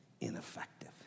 ineffective